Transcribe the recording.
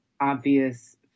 obvious